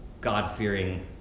God-fearing